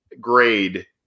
grade